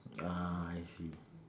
ah I see